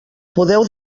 podeu